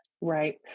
right